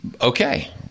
okay